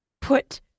put